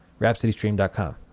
Rhapsodystream.com